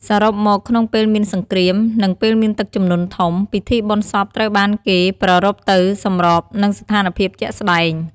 សរុបមក ក្នុងពេលមានសង្គ្រាម និងពេលមានទឹកជំនន់ធំ ពិធីបុណ្យសពត្រូវបានគេប្រារព្ឋទៅសម្របនឹងស្ថានភាពជាក់ស្តែង។